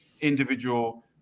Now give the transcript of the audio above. individual